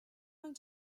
going